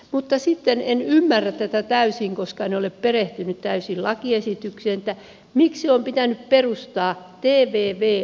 mutta sitten en ymmärrä tätä täysin koska en ole perehtynyt täysin lakiesitykseen miksi on pitänyt perustaa tvv osakeyhtiö